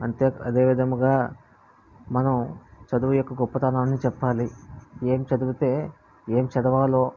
అంతే అదే విధంగా మనం చదువు యొక్క గొప్పతనాన్ని చెప్పాలి ఏమి చదివితే ఏమి చదవాలో